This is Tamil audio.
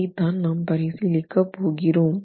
இதைத்தான் நாம் பரிசீலிக்க போகிறோம்